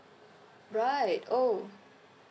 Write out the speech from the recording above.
right oh